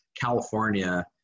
California